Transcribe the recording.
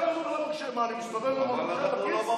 מה, אני מסתובב עם המחשב בכיס?